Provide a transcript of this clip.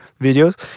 videos